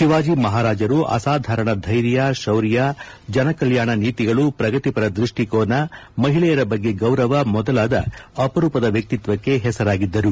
ಶಿವಾಜಿ ಮಹಾರಾಜರು ಅಸಾಧರಣ ಧೈರ್ಯ ಶೌರ್ಯ ಜನಕಲ್ಯಾಣ ನೀತಿಗಳು ಪ್ರಗತಿಪರ ದೃಷ್ಟಿಕೋನ ಮಹಿಳೆಯರ ಬಗ್ಗೆ ಗೌರವ ಮೊದಲಾದ ಅಪರೂಪದ ವ್ಯಕ್ತಿತ್ವಕ್ಕೆ ಹೆಸರಾಗಿದ್ದರು